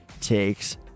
takes